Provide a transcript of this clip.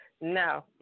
No